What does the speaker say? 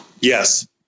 Yes